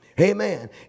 Amen